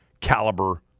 caliber